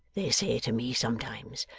they say to me sometimes,